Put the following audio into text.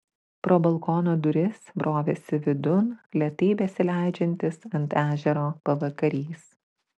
pro balkono duris brovėsi vidun lėtai besileidžiantis ant ežero pavakarys